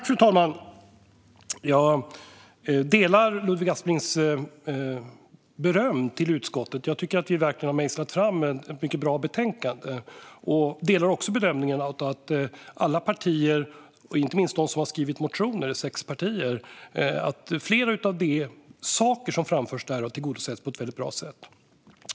Fru talman! Jag delar Ludvig Asplings beröm till utskottet. Vi har verkligen mejslat fram ett mycket bra betänkande. Jag delar också bedömningen att alla partier har tillgodosetts. Sex partier har skrivit motioner, och flera saker som framförts i dem har tillgodosetts på ett väldigt bra sätt.